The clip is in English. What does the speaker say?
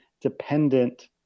dependent